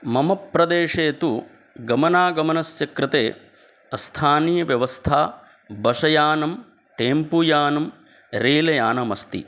मम प्रदेशे तु गमनागमनस्य कृते स्थानीयव्यवस्था बशयानं टेम्पोयानं रेलयानमस्ति